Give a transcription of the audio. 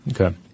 Okay